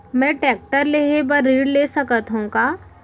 मैं टेकटर लेहे बर ऋण ले सकत हो का?